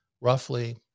roughly